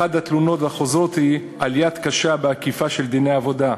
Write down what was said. אחת התלונות החוזרות היא על יד קשה באכיפה של דיני עבודה.